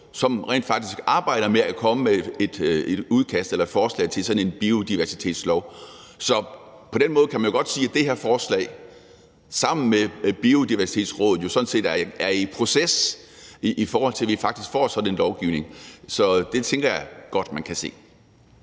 som rent faktisk arbejder med at komme med et udkast eller et forslag til sådan en biodiversitetslov. Så på den måde kan man jo sådan set godt sige, at det her forslag sammen med Biodiversitetsrådet er i proces, i forhold til at vi faktisk får sådan en lovgivning. Så det tænker jeg godt man kan se.